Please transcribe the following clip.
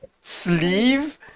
sleeve